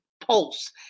pulse